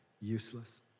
useless